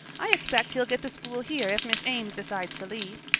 i expect he'll get the school here if miss ames decides to leave.